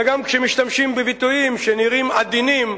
וגם כשמשתמשים בביטויים שנראים עדינים,